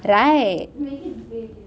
right